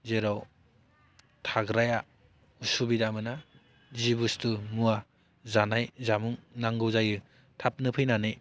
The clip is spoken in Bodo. जेराव थाग्राया उसुबिदा मोना जे बुस्थु मुवा जानाय जामुं नांगौ जायो थाबनो फैनानै